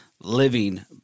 living